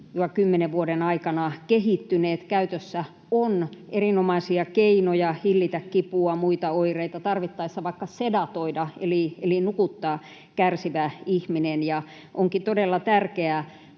5—10 vuoden aikana kehittyneet. Käytössä on erinomaisia keinoja hillitä kipua ja muita oireita, tarvittaessa voidaan vaikka sedatoida eli nukuttaa kärsivä ihminen. Onkin todella tärkeää